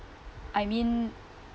I mean